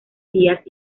días